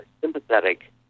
sympathetic